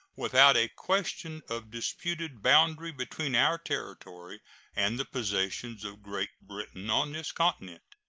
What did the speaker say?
without a question of disputed boundary between our territory and the possessions of great britain on this continent.